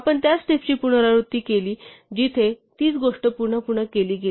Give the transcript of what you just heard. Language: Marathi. आपण त्याच स्टेप्सची पुनरावृत्ती केली जिथे तीच गोष्ट पुन्हा पुन्हा केली गेली